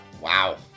Wow